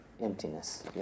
emptiness